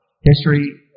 History